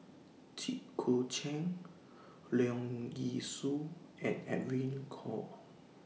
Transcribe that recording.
Jit Koon Ch'ng Leong Yee Soo and Edwin Koek